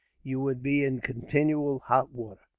you would be in continual hot water.